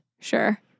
Sure